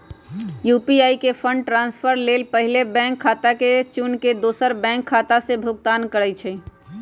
UPI से fund transfer लेल पहिले बैंक खता के चुन के दोसर बैंक खता से भुगतान करइ छइ